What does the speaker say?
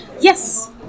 Yes